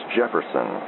Jefferson